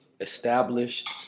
established